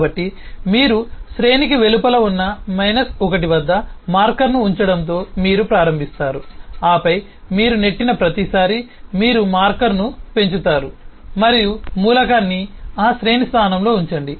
కాబట్టి మీరు శ్రేణికి వెలుపల ఉన్న మైనస్ 1 వద్ద మార్కర్ను ఉంచడంతో మీరు ప్రారంభిస్తారు ఆపై మీరు నెట్టిన ప్రతిసారీ మీరు మార్కర్ను పెంచుతారు మరియు మూలకాన్ని ఆ శ్రేణి స్థానంలో ఉంచండి